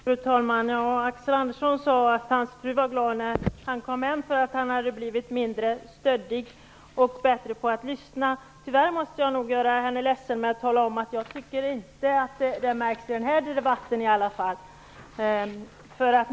Fru talman! Axel Andersson sade att hans fru var glad när han kom hem, eftersom han hade blivit mindre stöddig och bättre på att lyssna. Tyvärr måste jag nog göra henne ledsen och tala om att jag inte tycker att det har märkts i varje fall i den här debatten.